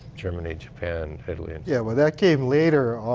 germany, japan, italy. and yeah that came later.